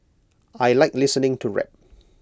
I Like listening to rap